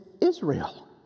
Israel